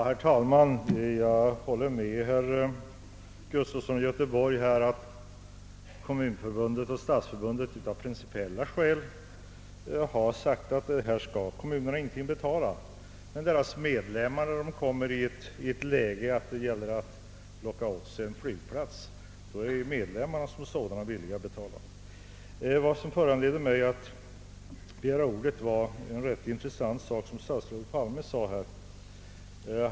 Herr talman! Jag håller med herr Gustafson i Göteborg om att Kommunförbundet och Stadsförbundet av principiella skäl ansett att kommunerna inte skall betala, men när någon av deras medlemmar får möjlighet att plocka åt sig en flygplats visar det sig att de är villiga att betala. Vad som föranledde mig att begära ordet var ett rätt intressant yttrande som statsrådet Palme fällde.